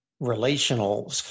relational